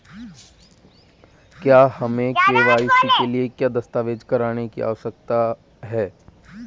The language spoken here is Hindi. क्या हमें के.वाई.सी के लिए कोई दस्तावेज़ जमा करने की आवश्यकता है?